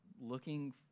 looking